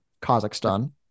Kazakhstan